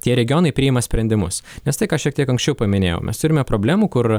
tie regionai priima sprendimus nes tai ką šiek tiek anksčiau paminėjau mes turime problemų kur